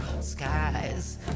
skies